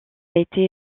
été